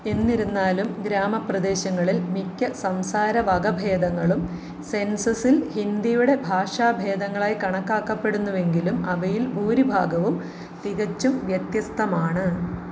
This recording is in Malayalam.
എന്നിരുന്നാലും ഗ്രാമപ്രദേശങ്ങളിൽ മിക്ക സംസാര വകഭേദങ്ങളും സെൻസസിൽ ഹിന്ദിയുടെ ഭാഷാഭേദങ്ങളായി കണക്കാക്കപ്പെടുന്നുവെങ്കിലും അവയിൽ ഭൂരിഭാഗവും തികച്ചും വ്യത്യസ്തമാണ്